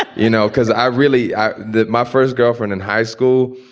but you know, because i really that my first girlfriend in high school,